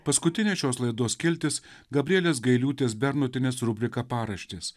paskutinė šios laidos skiltis gabrielės gailiūtės bernotienės rubrika paraštės